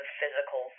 physical